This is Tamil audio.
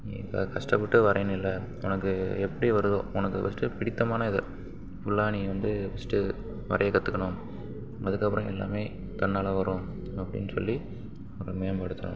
நீ இப்போ கஷ்டப்பட்டு வரையணுனில்லை உனக்கு எப்படி வருதோ உனக்கு ஃபஸ்ட்டு பிடித்தமான இதை ஃபுல்லாக நீ வந்து ஃபஸ்ட்டு வரையக் கற்றுக்கணும் அதுக்கப்புறம் எல்லாமே தன்னால் வரும் அப்படினு சொல்லி அவரை மேம்படுத்தணும்